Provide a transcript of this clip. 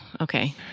okay